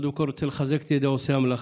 קודם כול, אני רוצה לחזק את ידי העושים במלאכה: